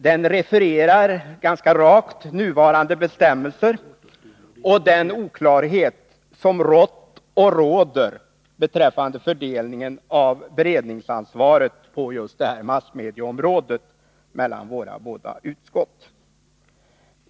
Den redovisar på ett rakt sätt nuvarande bestämmelser och den oklarhet som rått och råder beträffande fördelningen av beredningsansvaret mellan de båda utskotten på massmedieområdet.